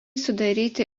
sudaryti